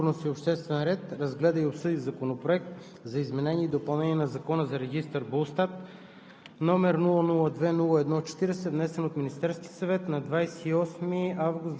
На свое заседание, проведено на 9 септември 2020 г., Комисията по вътрешна сигурност и обществен ред разгледа и обсъди Законопроект за изменение и допълнение на Закона за регистър БУЛСТАТ,